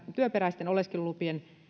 työperäisten oleskelulupien